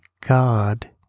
God